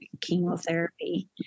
chemotherapy